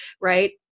right